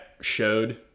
showed